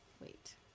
Wait